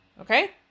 Okay